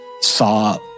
saw